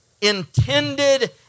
intended